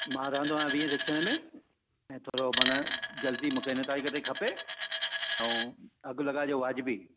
मां रहंदो आहियां वींहे सेक्शन में ऐं थोरो माने जल्दी मूंखे हिन तारीख़ ताईं खपे ऐं अघु लॻाइजो वाजिबी